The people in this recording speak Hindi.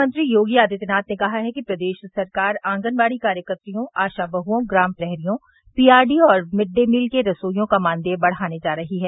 मुख्यमंत्री योगी आदित्यनाथ ने कहा है कि प्रदेश सरकार आंगनबाड़ी कार्यकत्रियों आशा बहुओं ग्राम प्रहरियों पीआरडी और मिड डे मील के रसोईयों का मानदेय बढ़ाने जा रही हैं